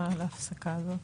להפסקה הזאת?